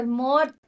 more